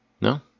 No